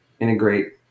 integrate